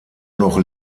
noch